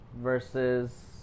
Versus